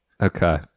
Okay